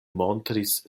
montris